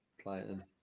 Clayton